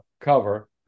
cover